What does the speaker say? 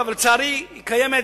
לצערי, היא קיימת